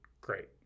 great